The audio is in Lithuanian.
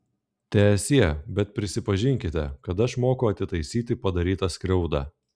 teesie bet prisipažinkite kad aš moku atitaisyti padarytą skriaudą